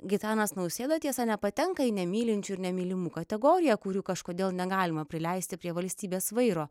gitanas nausėda tiesa nepatenka į nemylinčių ir nemylimų kategoriją kurių kažkodėl negalima prileisti prie valstybės vairo